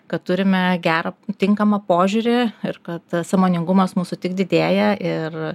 kad turime gerą tinkamą požiūrį ir kad sąmoningumas mūsų tik didėja ir